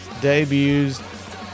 debuts